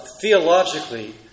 theologically